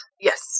yes